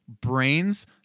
Brains